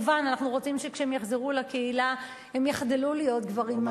אנחנו רוצים שכשהם יחזרו לקהילה הם יחדלו להיות גברים מכים,